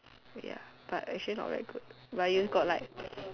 ya but actually not very good but you got like